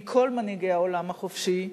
מכל מנהיגי העולם החופשי,